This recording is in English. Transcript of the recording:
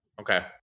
Okay